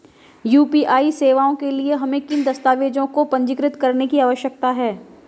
UPI सेवाओं के लिए हमें किन दस्तावेज़ों को पंजीकृत करने की आवश्यकता है?